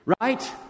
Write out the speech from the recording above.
Right